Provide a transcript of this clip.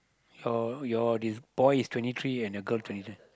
your your this boy's twenty three and the girl twenty seven